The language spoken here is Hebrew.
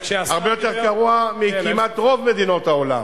הרבה יותר גרוע מכמעט רוב מדינות העולם.